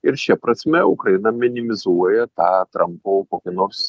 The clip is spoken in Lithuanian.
ir šia prasme ukraina minimizuoja tą trampo kokį nors